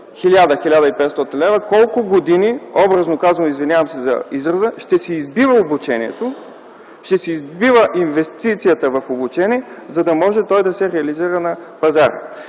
1000-1500 лв. колко години, образно казано, извинявам се за израза, ще избива обучението си, ще избива инвестицията в обучение, за да може да се реализира на пазара?